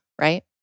right